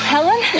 Helen